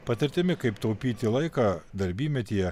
patirtimi kaip taupyti laiką darbymetyje